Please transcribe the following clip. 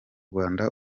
rwanda